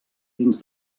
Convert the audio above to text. dins